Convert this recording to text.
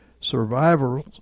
survivors